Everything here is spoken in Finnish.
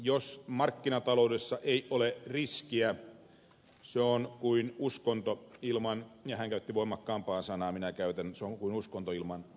jos markkinataloudessa ei ole riskiä se on kuin uskonto ilman ja hän käytti voimakkaampaa sanaa kuin minä käytän pirua